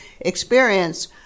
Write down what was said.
experience